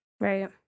Right